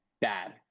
bad